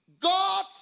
God